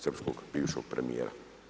Srpskog bivšeg premijera.